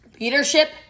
Leadership